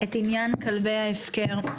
את עניין כלבי ההפקר.